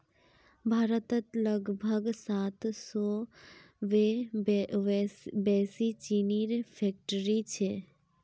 भारतत लगभग सात सौ से बेसि चीनीर फैक्ट्रि छे